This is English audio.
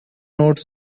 note